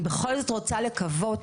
אני בכל זאת רוצה לקוות,